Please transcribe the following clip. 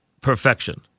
perfection